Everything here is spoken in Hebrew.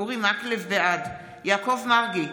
בעד יעקב מרגי,